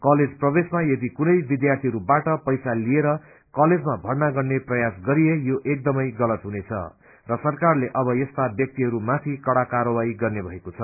college प्रवेशमा यदि कुनै विध्यार्थीहरूबाट पैसा लिएर कलेजमा भर्ना गर्ने प्रयास गरिए यो एकदमै गलत हुनेछ र सरकारले अब यस्ता व्यक्तिहरूमाथि कड़ा कायवाही गर्ने भएको छ